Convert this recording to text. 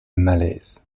malaise